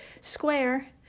square